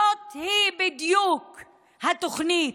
זאת בדיוק התוכנית.